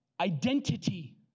identity